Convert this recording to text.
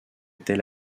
était